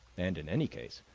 and, in any case,